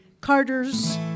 Carters